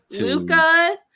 Luca